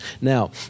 Now